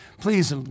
please